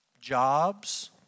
jobs